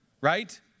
right